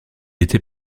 était